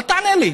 אל תענה לי.